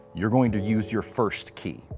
you're going to use your first key.